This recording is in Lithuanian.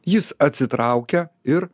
jis atsitraukia ir